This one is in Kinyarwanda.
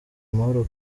amahoro